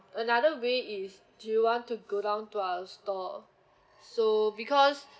another way is do you want to go down to our store so because